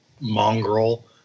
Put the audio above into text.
mongrel